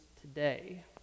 today